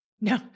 No